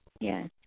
Yes